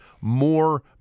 more